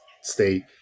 state